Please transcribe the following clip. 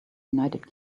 united